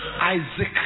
Isaac